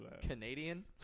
Canadian